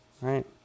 Right